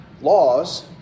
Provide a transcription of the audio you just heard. laws